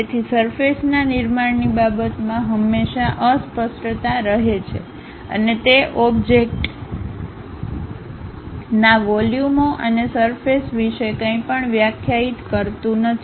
તેથી સરફેસના નિર્માણની બાબતમાં હંમેશાં અસ્પષ્ટતા રહે છે અને તે ઓબ્જેક્ટના વોલ્યુમો અને સરફેસ વિશે કંઈપણ વ્યાખ્યાયિત કરતું નથી